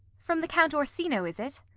from the count orsino, is it?